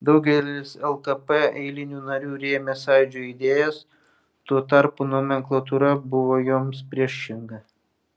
daugelis lkp eilinių narių rėmė sąjūdžio idėjas tuo tarpu nomenklatūra buvo joms priešinga